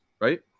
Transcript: Right